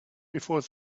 before